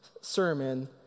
sermon